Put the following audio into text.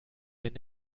wenn